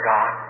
God